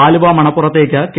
ആലുവ മണപ്പുറത്തേക്ക് കെ